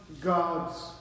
God's